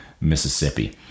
Mississippi